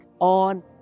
On